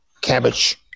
cabbage